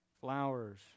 Flowers